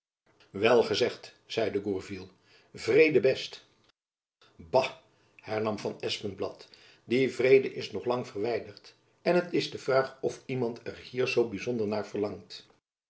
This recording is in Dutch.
wel gezegd zeide gourville vrede best bah hernam van espenblad die vrede is nog lang verwijderd en t is de vraag of iemand er hier zoo byzonder naar verlangt